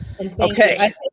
Okay